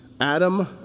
Adam